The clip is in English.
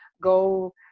go